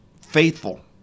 faithful